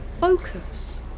Focus